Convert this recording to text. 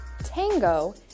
Tango